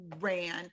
ran